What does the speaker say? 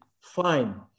fine